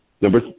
Number –